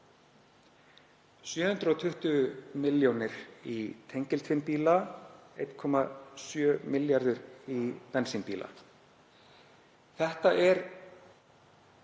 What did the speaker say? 720 milljónir í tengiltvinnbíla og 1,7 milljarðar í bensínbíla. Þetta er